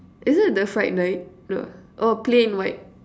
is it the fright night no ah oh plain white